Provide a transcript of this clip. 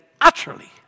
utterly